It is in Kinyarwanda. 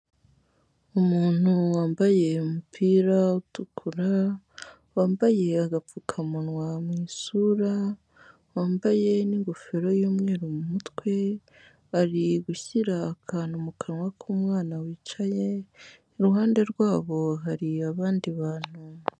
Umuntu wambaye umupira utukura, wambaye agapfukamunwa mu isura, wambaye n'ingofero y'umweru mu mutwe, ari gushyira akantu mu kanwa k'umwana wicaye, iruhande rwabo hari abandi bantu.